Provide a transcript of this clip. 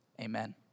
Amen